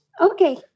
Okay